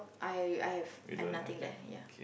I I have I have nothing there ya